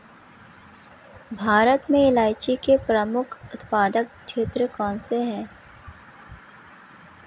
भारत में इलायची के प्रमुख उत्पादक क्षेत्र कौन से हैं?